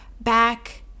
back